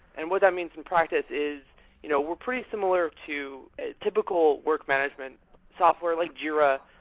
and what that means in practice is you know we're pretty similar to typical work management software, like jira,